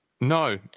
No